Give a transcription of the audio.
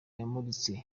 yamuritse